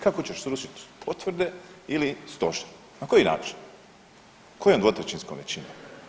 Kako ćeš srušit potvrde ili stožer na koji način, kojom dvotrećinskom većinom?